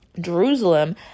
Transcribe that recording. Jerusalem